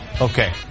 Okay